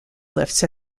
lifts